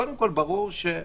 קודם כול, ברור שהסכסוכים,